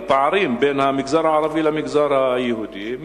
לפערים בין המגזר הערבי למגזר היהודי,